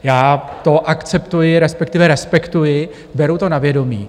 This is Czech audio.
Já to akceptuji, respektive respektuji, beru to na vědomí.